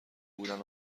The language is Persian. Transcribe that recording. بودن